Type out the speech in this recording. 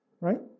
Right